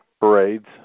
parades